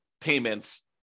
payments